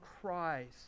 Christ